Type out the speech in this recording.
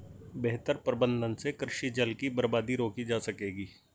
बेहतर प्रबंधन से कृषि जल की बर्बादी रोकी जा सकेगी